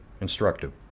instructive